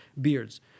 beards